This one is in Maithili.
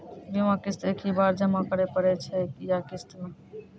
बीमा किस्त एक ही बार जमा करें पड़ै छै या किस्त मे?